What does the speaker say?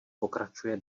pokračuje